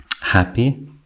happy